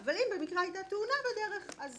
אבל אם במקרה הייתה תאונה בדרך אז